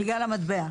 בגלל המטבע?